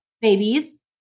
babies